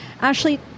Ashley